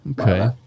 okay